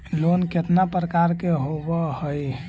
Loan केतना प्रकार के होव हइ?